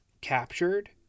captured